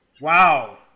Wow